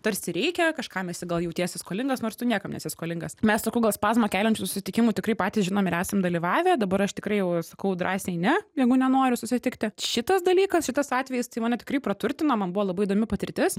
tarsi reikia kažkam esi gal jautiesi skolingas nors tu niekam nesi skolingas mes tokių gal spazmą keliančių susitikimų tikrai patys žinom ir esam dalyvavę dabar aš tikrai jau sakau drąsiai ne jeigu nenoriu susitikti šitas dalykas šitas atvejis tai mane tikrai praturtino man buvo labai įdomi patirtis